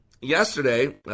yesterday